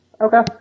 Okay